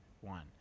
one